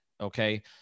Okay